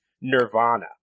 nirvana